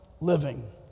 living